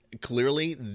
clearly